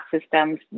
systems